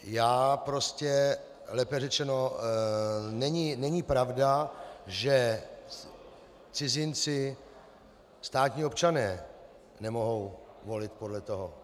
Já prostě lépe řečeno, není pravda, že cizinci, státní občané nemohou volit podle toho.